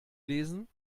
lesen